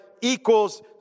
equals